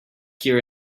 here